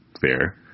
fair